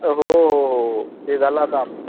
हो हो हो हो ते झालं आता आमचं